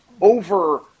over